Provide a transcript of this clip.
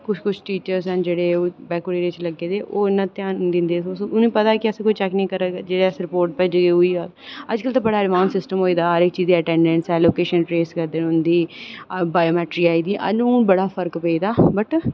कुछ कुछ टीचर हैन ओह् जेह्ड़े बैकवर्ड एरिया च लग्गे दे ओह् इन्ना ध्यान निं दिंदे उनेंगी पता की अस कोई चैक निं करा दे जेह्करी असें रिपोर्ट भेजी ऐ अज्जकल ते हर कुसै दा अटैंडेंस ऐ लोकेशन ऐड होंदी बायोमैट्रिक आई दी हून बड़ा फर्क पेई दा